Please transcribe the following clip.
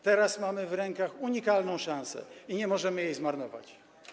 Teraz mamy w rękach unikalną szansę i nie możemy jej zmarnować.